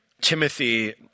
Timothy